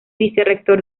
vicerrector